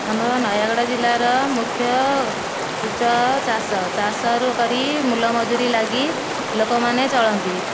ଆମ ନୟାଗଡ଼ ଜିଲ୍ଲାର ମୁଖ୍ୟ ଉତ୍ସ ଚାଷ ଚାଷ କରି ମୁଲମଜୁରୀ ଲାଗି ଲୋକମାନେ ଚଳନ୍ତି